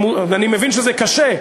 אני מבין שזה קשה,